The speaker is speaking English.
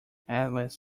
alice